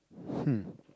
hmm